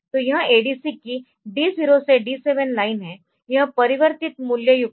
तो यह ADC की D 0 से D 7 लाइन है यह परिवर्तित मूल्य युक्त है